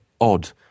odd